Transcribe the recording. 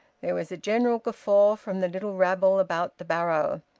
there was a general guffaw from the little rabble about the barrow.